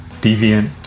deviant